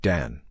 Dan